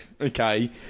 okay